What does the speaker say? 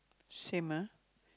same ah